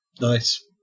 Nice